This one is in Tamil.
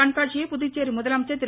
கண்காட்சியை புதுச்சேரி முதலமைச்சர் திரு